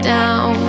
down